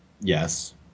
yes